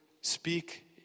speak